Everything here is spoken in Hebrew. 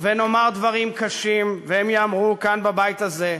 ונאמר דברים קשים, והם ייאמרו כאן, בבית הזה,